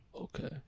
Okay